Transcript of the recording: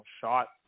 shot